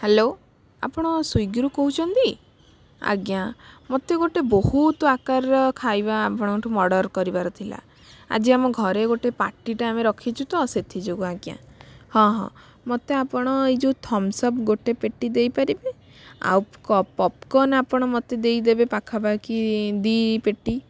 hello ଆପଣ ସ୍ଵିଗିରୁ କହୁଛନ୍ତି ଆଜ୍ଞା ମୋତେ ଗୋଟେ ବହୁତ ଆକାରର ଖାଇବା ଆପଣଙ୍କଠୁ ଅର୍ଡ଼ର୍ କରିବାର ଥିଲା ଆଜି ଆମ ଘରେ ଗୋଟେ ପାଟିଟେ ଆମେ ରଖିଛୁ ତ ସେଠି ଯୋଗୁଁ ଆଜ୍ଞା ହଁ ହଁ ମୋତେ ଆପଣ ଏଇ ଯେଉଁ ଥମସ୍ ଅପ୍ ଗୋଟେ ପେଟି ଦେଇପାରିବେ ଆଉ ପପ୍କର୍ଣ୍ଣ ମୋତେ ଆପଣ ଦେଇ ଦେବେ ପାଖାପାଖି କି ଦୁଇ ପେଟି